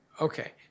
Okay